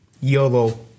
YOLO